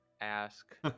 ask